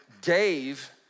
Dave